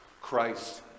Christ